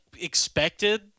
expected